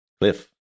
Cliff